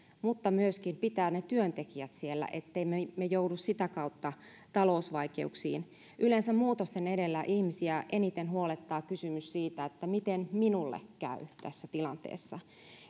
mutta myöskin pitää työntekijät siellä ettemme me me joudu sitä kautta talousvaikeuksiin yleensä muutosten edellä ihmisiä eniten huolettaa kysymys siitä miten minulle käy tässä tilanteessa